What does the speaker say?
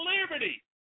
liberty